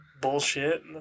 bullshit